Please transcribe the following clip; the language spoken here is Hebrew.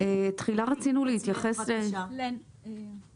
תחילה רצינו להתייחס לפירוט